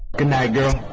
good night girl,